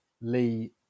Lee